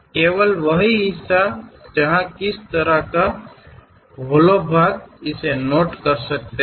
केवल वह हिस्सा जहां किस स्तर तक यह होलो भाग इसे नोट कर सकता है